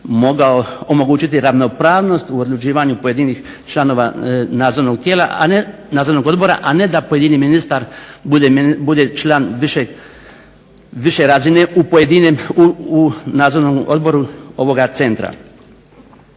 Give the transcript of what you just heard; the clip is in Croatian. omogućiti ravnopravnost u odlučivanju pojedinih članova Nadzornog odbora, a ne da pojedini ministar bude član više razine u Nadzornom odboru ovoga centra.